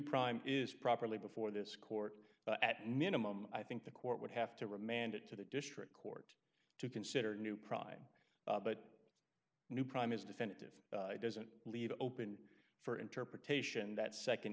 prime is properly before this court at minimum i think the court would have to remand it to the district court to consider new prime but new prime is definitive doesn't leave open for interpretation that